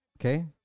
Okay